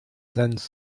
sends